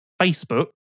Facebook